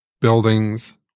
buildings